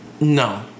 no